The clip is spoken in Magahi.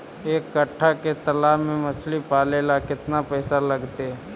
एक कट्ठा के तालाब में मछली पाले ल केतना पैसा लगतै?